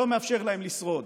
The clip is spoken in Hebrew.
שלא מאפשר להם לשרוד.